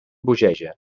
bogeja